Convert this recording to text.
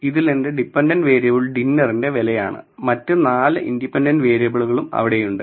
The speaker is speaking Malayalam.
ഇതിൽ എന്റെ ഡിപെൻഡന്റ് വേരിയബിൾ ഡിന്നറിന്റെ വിലയാണ് മറ്റ് 4 ഇൻഡിപെൻഡന്റ് വേരിയബിളുകളും അവിടെ ഉണ്ട്